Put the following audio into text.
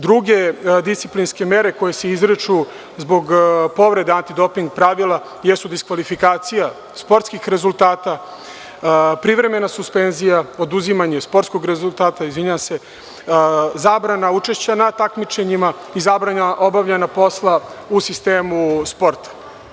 Druge disciplinske mere koje se izriču zbog povreda antidoping pravila jesu diskvalifikacija sportskih rezultata, privremena suspenzija, oduzimanje sportskog rezultata, zabrana učešća na takmičenjima i zabrana obavljanja posla u sistemu sporta.